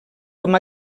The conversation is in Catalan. com